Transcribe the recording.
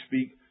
speak